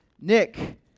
Nick